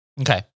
Okay